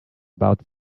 about